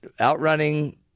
outrunning